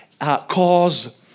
cause